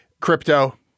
crypto